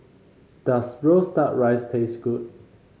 does roast duck rice taste good